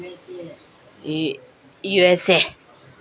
ꯏꯔꯦꯁꯦ